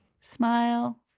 smile